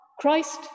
Christ